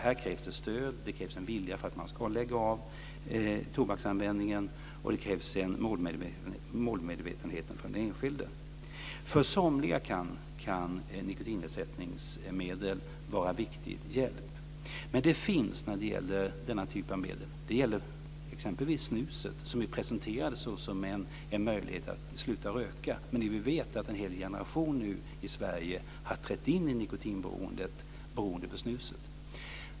Här krävs stöd och en vilja till att lägga av tobaksanvändningen, och det krävs målmedvetenhet för den enskilde. För somliga kan nikotinersättningsmedel vara en viktig hjälp. Snuset presenterades som en möjlighet att sluta röka, men vi vet nu att en hel generation i Sverige har trätt in i nikotinberoendet på grund av snuset.